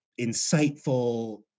insightful